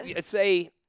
say